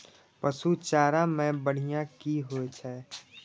पशु चारा मैं बढ़िया की होय छै?